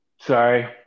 sorry